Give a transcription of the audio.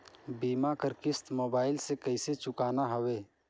बीमा कर किस्त मोबाइल से कइसे चुकाना हवे